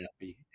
happy